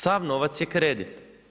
Sav novac je kredit.